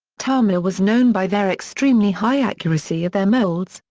tamiya was known by their extremely high accuracy of their molds,